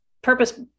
purpose